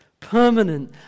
Permanent